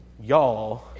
Y'all